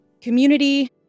community